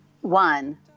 One